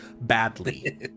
badly